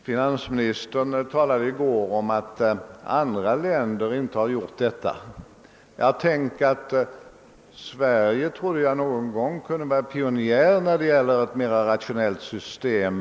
Finansministern sade i går att andra länder inte har ett sådant system för värdesäkring. Jag trodde att Sverige någon gång skulle kunna vara pionjär när det gäller att skapa ett mer rationellt system.